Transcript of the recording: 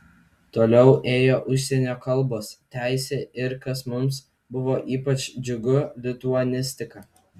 toliau ėjo užsienio kalbos teisė ir kas mums buvo ypač džiugu lituanistika